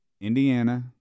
Indiana